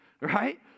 right